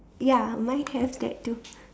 ya mine has that too